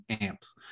amps